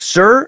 Sir